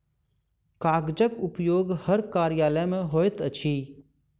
कागजक उपयोग हर कार्यालय मे होइत अछि